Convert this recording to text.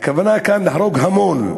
הכוונה כאן להרוג המון.